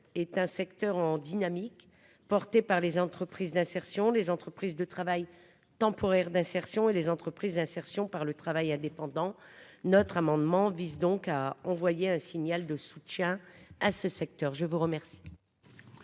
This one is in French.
est un secteur en dynamique portée par les entreprises d'insertion, des entreprises de travail temporaire d'insertion et les entreprises d'insertion par le travail indépendant notre amendement vise donc à envoyer un signal de soutien à ce secteur, je vous remercie.